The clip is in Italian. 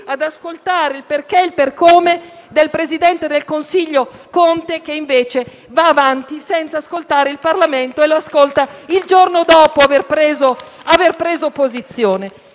ad ascoltare il perché e il per come del presidente del consiglio Conte che, invece, va avanti senza ascoltare il Parlamento, salvo ascoltarlo il giorno dopo aver preso posizione.